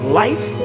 life